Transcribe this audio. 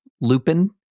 Lupin